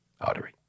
artery